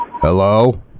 Hello